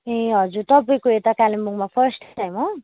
ए हजुर तपाईँको यता कालिम्पोङमा फर्स्ट टाइम हो